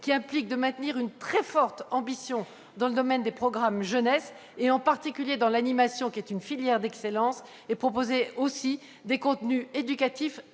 Cela implique de maintenir une très forte ambition dans le domaine des programmes pour la jeunesse, en particulier dans l'animation, qui est une filière d'excellence, et de proposer des contenus éducatifs